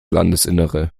landesinnere